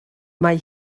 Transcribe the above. mae